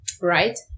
right